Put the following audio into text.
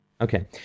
Okay